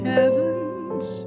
Heaven's